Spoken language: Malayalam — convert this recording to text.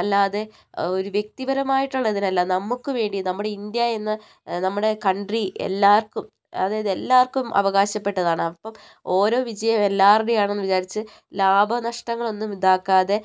അല്ലാതെ ഒരു വ്യക്തിപരമായിട്ടുള്ള ഒരിതിനല്ല നമുക്ക് വേണ്ടി നമ്മുടെ ഇന്ത്യ എന്ന നമ്മുടെ കൺട്രി എല്ലാവർക്കും അതായത് എല്ലാവർക്കും അവകാശപ്പെട്ടതാണ് അപ്പോൾ ഓരോ വിജയവും എല്ലാവരുടെയും ആണ് എന്ന് വിചാരിച്ച് ലാഭനഷ്ടങ്ങൾ ഒന്നും ഇതാക്കാതെ